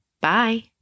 Bye